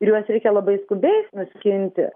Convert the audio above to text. ir juos reikia labai skubiai nuskinti